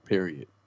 Period